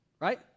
right